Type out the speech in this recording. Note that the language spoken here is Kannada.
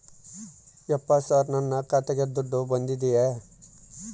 ಯಪ್ಪ ಸರ್ ನನ್ನ ಖಾತೆಗೆ ದುಡ್ಡು ಬಂದಿದೆಯ?